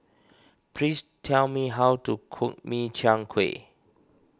please tell me how to cook Min Chiang Kueh